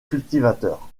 cultivateurs